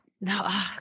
No